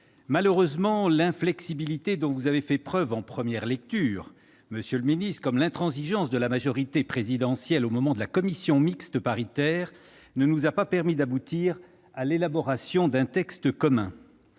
Malheureusement, l'inflexibilité dont vous avez fait preuve en première lecture, monsieur le ministre, comme l'intransigeance de la majorité présidentielle au moment de la commission mixte paritaire, ne nous a pas permis d'aboutir à l'élaboration d'un texte commun.